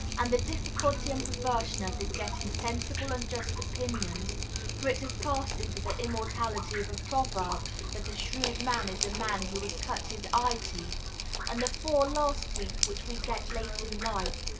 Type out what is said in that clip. and the difficulty and perversion of his getting sensible and just opinions for it has passed into the immortality of a proverb that a shrewd man is a man who has cut his eye-teeth and the four last teeth, which we get late in life,